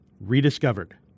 rediscovered